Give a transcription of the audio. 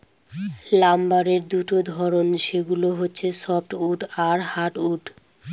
লাম্বারের দুটা ধরন, সেগুলো হচ্ছে সফ্টউড আর হার্ডউড